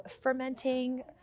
fermenting